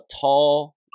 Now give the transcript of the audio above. tall